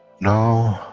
now